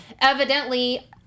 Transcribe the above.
evidently